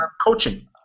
coaching